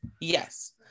yes